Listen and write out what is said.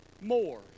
more